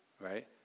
right